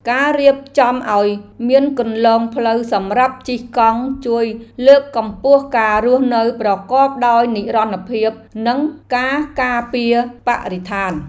ការរៀបចំឱ្យមានគន្លងផ្លូវសម្រាប់ជិះកង់ជួយលើកកម្ពស់ការរស់នៅប្រកបដោយនិរន្តរភាពនិងការការពារបរិស្ថាន។